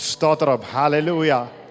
Hallelujah